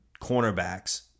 cornerbacks